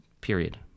period